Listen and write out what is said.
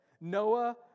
Noah